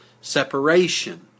separation